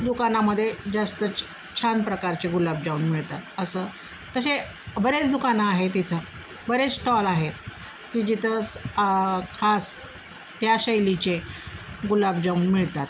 दुकानामध्ये जास्त छ छान प्रकारचे गुलाबजाम मिळतात असं तसे बरेच दुकानं आहेत तिथं बरेच स्टॉल आहेत की जिथं खास त्या शैलीचे गुलाबजाम मिळतात